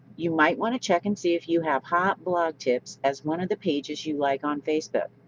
you might want to check and see if you have hot blog tips as one of the pages you like on facebook.